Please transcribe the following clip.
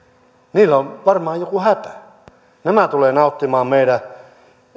niillä on varmaan joku hätä nämä tulevat nauttimaan meidän